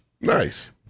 Nice